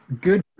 good